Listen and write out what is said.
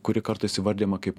kuri kartais įvardijama kaip